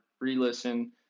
Re-listen